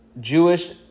Jewish